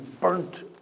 burnt